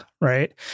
right